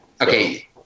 Okay